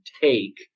take